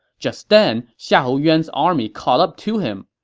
just then, xiahou yuan's army caught up to him.